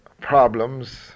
problems